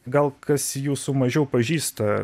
gal kas jūsų mažiau pažįsta